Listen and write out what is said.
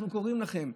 אנחנו קוראים לכם.